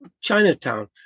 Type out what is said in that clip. Chinatown